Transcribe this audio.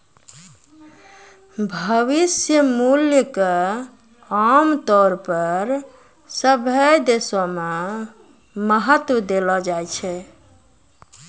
भविष्य मूल्य क आमतौर पर सभ्भे देशो म महत्व देलो जाय छै